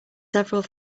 several